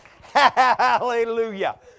Hallelujah